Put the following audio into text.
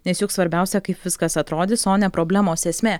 nes juk svarbiausia kaip viskas atrodys o ne problemos esmė